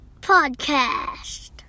podcast